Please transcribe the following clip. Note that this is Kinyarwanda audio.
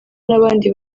n’abandi